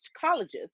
colleges